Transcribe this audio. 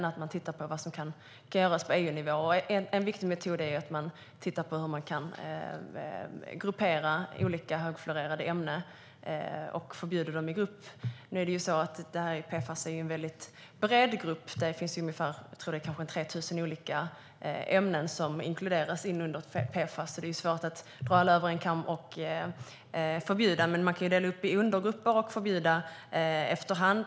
Man ska titta på vad som kan göras på EU-nivå, och en viktig metod är att titta på hur olika högfluorerade ämnen kan grupperas och förbjudas i grupp. Nu är det ju så att PFAS är en väldigt bred grupp som inkluderar ungefär 3 000 olika ämnen, tror jag. Det är alltså svårt att dra alla över en kam och förbjuda dem, men man kan dela upp dem i undergrupper och förbjuda efter hand.